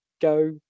go